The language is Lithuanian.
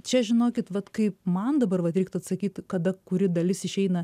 čia žinokit vat kaip man dabar va reiktų atsakyt kada kuri dalis išeina